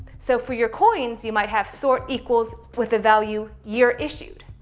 so for your coins, you might have sort equals with the value year issued.